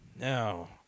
Now